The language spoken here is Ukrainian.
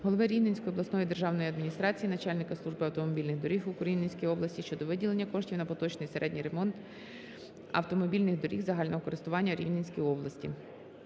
голови Рівненської обласної державної адміністрації, начальника служби автомобільних доріг у Рівненській області щодо виділення коштів на поточний середній ремонт автомобільних доріг загального користування у Рівненській області.